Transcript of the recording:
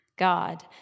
God